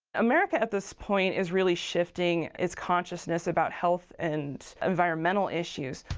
america, at this point, is really shifting its consciousness about health and environmental issues.